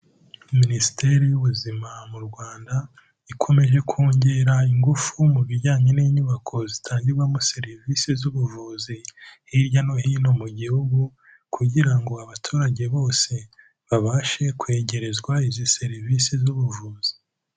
Minisiteri y'Ubuzima mu Rwanda ikomeje kongera ingufu mu bijyanye n'inyubako zitangirwamo serivisi z'ubuvuzi hirya no hino mu gihugu, kugira ngo abaturage bose babashe kwegerezwa izo serivise z'ubuvuzi.